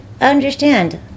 understand